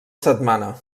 setmana